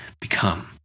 become